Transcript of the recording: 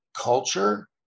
culture